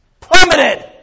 plummeted